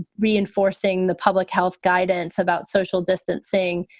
reinforcing the public health guidance about social distancing.